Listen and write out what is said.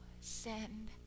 send